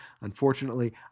unfortunately